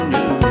New